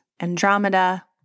Andromeda